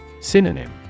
synonym